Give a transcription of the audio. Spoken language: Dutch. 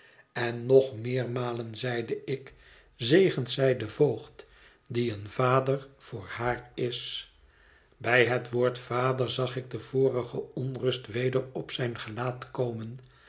en nog meermalen zeide ik zegent zij den voogd die een vader voor haar is bij het woord vader zag ik de vorige onrust weder op zijn gelaat komen